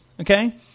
okay